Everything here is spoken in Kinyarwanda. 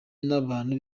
n’abantu